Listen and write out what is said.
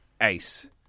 Ace